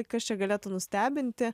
kas čia galėtų nustebinti